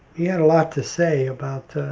he had a lot to say about